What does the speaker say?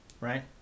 right